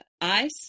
ice